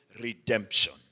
redemption